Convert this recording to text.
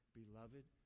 beloved